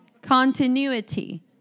Continuity